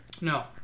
No